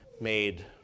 made